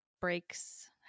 breaks